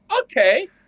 okay